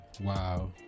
wow